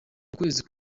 ukwezi